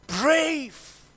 brave